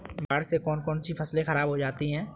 बाढ़ से कौन कौन सी फसल खराब हो जाती है?